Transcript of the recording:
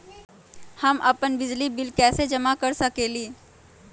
हम अपन बिजली बिल कैसे जमा कर सकेली?